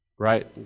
Right